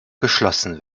geschlossen